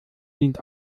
dient